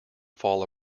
fall